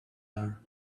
are